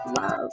love